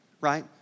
right